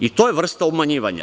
I to je vrsta obmanjivanja.